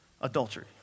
adultery